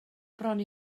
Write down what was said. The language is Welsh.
bron